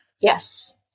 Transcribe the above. yes